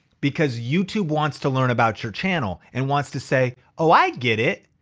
because youtube wants to learn about your channel and wants to say, oh, i get it.